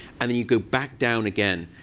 and then you go back down again,